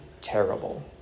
terrible